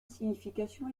signification